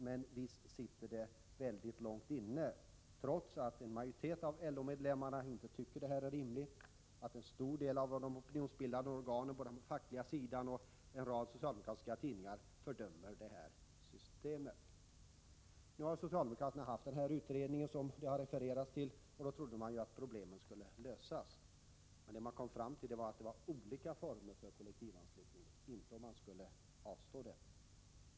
Men visst sitter det väldigt långt inne — trots att en majoritet av LO-medlemmarna inte tycker att detta är rimligt och trots att en stor del av de opinionsbildande organen på den fackliga sidan samt en rad socialdemokratiska tidningar fördömer det här systemet. Nu har socialdemokraterna genomfört den utredning som det har refererats till, och då trodde man ju att problemen skulle lösas. Det man kom fram till var emellertid olika former för kollektivanslutning, inte att man skulle avstå från den.